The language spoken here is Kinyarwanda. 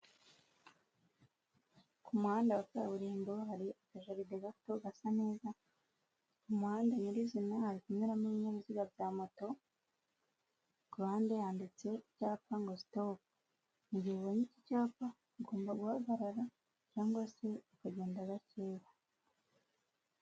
Ku muhanda wa kaburimbo hari akajari gato gasa neza ku muhanda nyirizina hari kunyuramo ibinyabiziga bya moto, ku ruhande handitse ku cyapa ngo stop mu gihe ubonye iki cyapa ugomba guhagarara cyangwa se ukagenda gakeya.